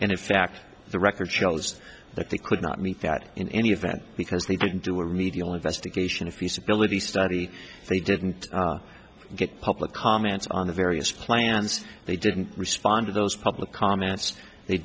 and in fact the record shows that they could not meet that in any event because they didn't do a remedial investigation of the civility study if they didn't get public comments on the various plans they didn't respond to those public comments they